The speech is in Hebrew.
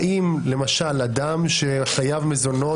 האם למשל אדם שחייב מזונות,